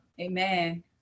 Amen